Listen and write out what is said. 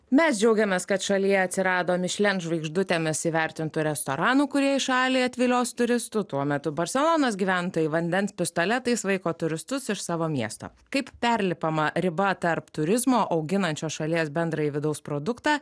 mes džiaugiamės kad šalyje atsirado mišlen žvaigždutėmis įvertintų restoranų kurie į šalį atvilios turistų tuo metu barselonos gyventojai vandens pistoletais vaiko turistus iš savo miesto kaip perlipama riba tarp turizmo auginančio šalies bendrąjį vidaus produktą